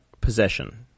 possession